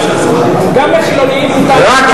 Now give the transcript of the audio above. גם לחילונים מותר לבנות בארץ הזאת.